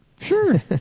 Sure